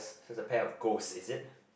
so is a pair of ghost is it